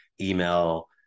email